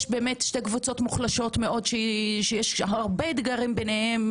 יש באמת שתי קבוצות מוחלשות מאוד שיש הרבה אתגרים ביניהם,